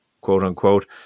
quote-unquote